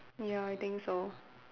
ya I think so